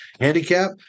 Handicap